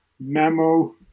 memo